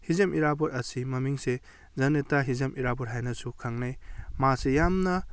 ꯍꯤꯖꯝ ꯏꯔꯥꯕꯣꯠ ꯑꯁꯤ ꯃꯃꯤꯡꯁꯦ ꯖꯅꯅꯦꯇꯥ ꯍꯤꯖꯝ ꯏꯔꯥꯕꯣꯠ ꯍꯥꯏꯅꯁꯨ ꯈꯪꯅꯩ ꯃꯥꯁꯦ ꯌꯥꯝꯅ